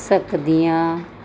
ਸਕਦੀਆਂ